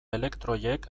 elektroiek